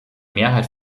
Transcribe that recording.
mehrheit